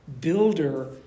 builder